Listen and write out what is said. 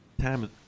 time